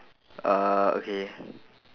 uh okay